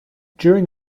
during